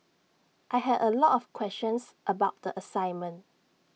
I had A lot of questions about the assignment